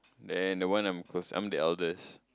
then the one I'm close I'm the eldest